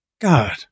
God